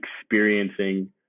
experiencing